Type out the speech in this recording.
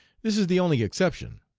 this is the only exception.